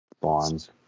Bonds